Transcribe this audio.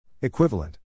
Equivalent